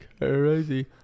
crazy